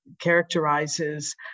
characterizes